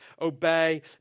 obey